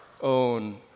own